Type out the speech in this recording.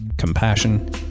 compassion